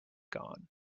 gone